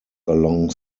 along